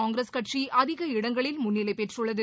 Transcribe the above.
காங்கிரஸ் கட்சி அதிக இடங்களில் முன்னிலை பெற்றுள்ளது